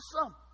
awesome